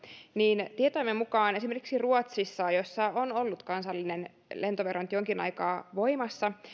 että tietojemme mukaan ruotsissa jossa on ollut kansallinen lentovero nyt jonkin aikaa voimassa